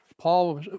Paul